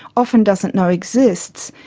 often doesn't know exists,